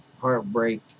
heartbreak